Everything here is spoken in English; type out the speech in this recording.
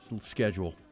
schedule